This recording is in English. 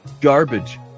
Garbage